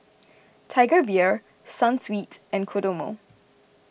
Tiger Beer Sunsweet and Kodomo